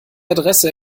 adresse